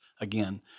again